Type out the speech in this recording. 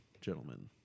gentlemen